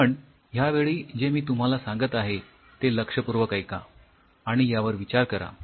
पण ह्या वेळी जे मी तुम्हाला सांगत आहे ते लक्षपूर्वक ऐका आणि यावर विचार करा